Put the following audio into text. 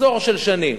עשור שנים